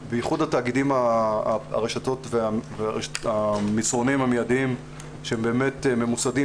במיוחד הרשתות והמסרונים המידיים שהם באמת ממוסדים.